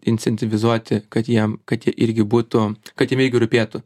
incentivizuoti kad jie kad jie irgi būtų kad jiem irgi rūpėtų